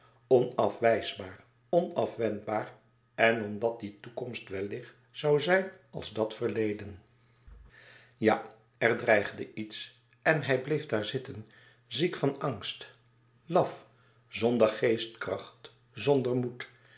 onafwijsbaar onafwendbaar en omdat die toekomst wellicht zoû zijn als dat verleden ja er dreigde iets en hij bleef daar zitten ziek van angst làf zonder geestkracht zonder moed